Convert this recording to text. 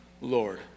Lord